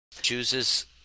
Chooses